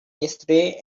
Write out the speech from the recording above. yesterday